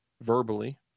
verbally